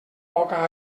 poca